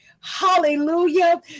Hallelujah